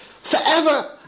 Forever